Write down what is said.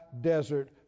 desert